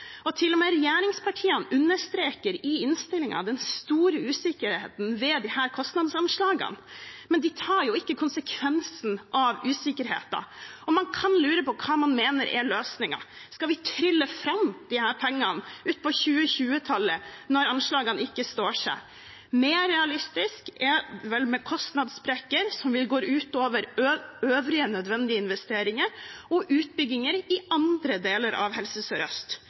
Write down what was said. og med regjeringspartiene understreker i innstillingen den store usikkerheten ved disse kostnadsanslagene, men de tar jo ikke konsekvensen av usikkerheten, og man kan lure på hva man mener er løsningen. Skal vi trylle fram disse pengene utpå 2020-tallet når anslagene ikke står seg? Mer realistisk er det vel med kostnadssprekker som vil gå ut over øvrige nødvendige investeringer og utbygginger i andre deler av Helse